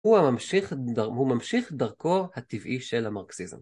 הוא ממשיך דרכו הטבעי של המרקסיזם.